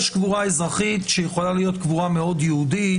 יש קבורה אזרחית שיכולה להיות קבורה מאוד יהודית.